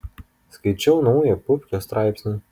skaičiau naują pupkio straipsnį